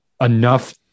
enough